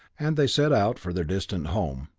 and they set out for their distant home,